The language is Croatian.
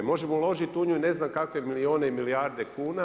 Možemo uložiti u nju ne znam kakve milijune i milijarde kuna.